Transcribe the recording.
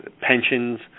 pensions